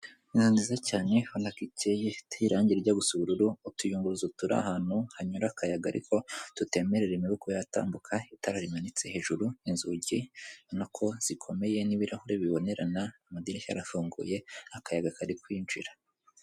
Inzu nziza cyane ubonako ikeye ifite irangi rijya gusa ubururu, utuyunguruzo turi ahantu hanyura akayaga ariko tutemerera imibu kuba yatambuka, itara rimanitse hejuru inzugi ubonako zikomeye n'ibirahure bibonerana amadirishya arafunguye akayaga kari kwinjira.